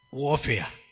warfare